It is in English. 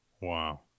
Wow